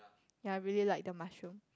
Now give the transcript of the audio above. ya I really like the mushroom